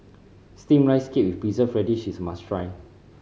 Steamed Rice Cake with Preserved Radish is a must try